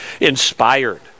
inspired